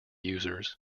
users